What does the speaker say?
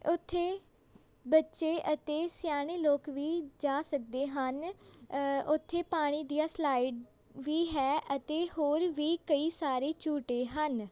ਉੱਥੇ ਬੱਚੇ ਅਤੇ ਸਿਆਣੇ ਲੋਕ ਵੀ ਜਾ ਸਕਦੇ ਹਨ ਉੱਥੇ ਪਾਣੀ ਦੀਆਂ ਸਲਾਈਡ ਵੀ ਹੈ ਅਤੇ ਹੋਰ ਵੀ ਕਈ ਸਾਰੇ ਝੂਟੇ ਹਨ